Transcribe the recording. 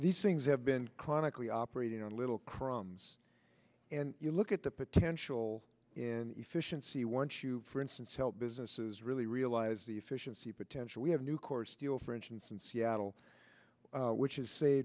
these things have been chronically operating on little crumbs and you look at the potential inefficiency once you for instance help businesses really realize the efficiency potential we have a new course deal for instance and seattle which is